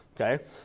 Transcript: Okay